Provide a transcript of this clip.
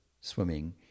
swimming